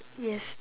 yes